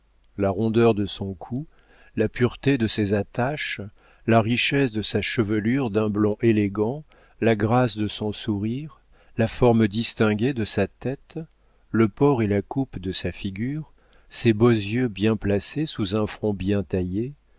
la rondeur de son cou la pureté de ses attaches la richesse de sa chevelure d'un blond élégant la grâce de son sourire la forme distinguée de sa tête le port et la coupe de sa figure ses beaux yeux bien placés sous un front bien taillé